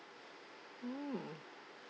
mm